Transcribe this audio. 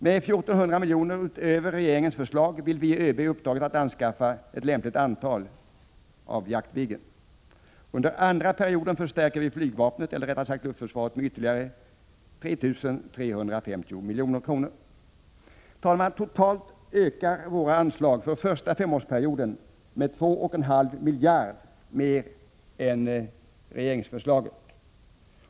Med 1400 milj.kr. utöver regeringens förslag vill vi ge ÖB uppdraget att anskaffa ett lämpligt antal Jaktviggen. Under den andra perioden vill vi förstärka flygvapnet, eller rättare sagt luftförsvaret, med ytterligare 3 350 milj.kr. Herr talman! Totalt vill vi öka anslagen under den första femårsperioden med 2,5 miljarder kronor mer än regeringen.